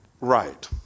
right